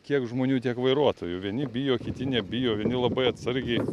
kiek žmonių tiek vairuotojų vieni bijo kiti nebijo vieni labai atsargiai